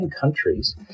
countries